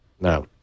No